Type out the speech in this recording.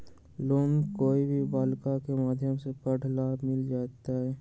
Loan कोई भी बालिका के माध्यम से पढे ला मिल जायत?